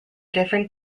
different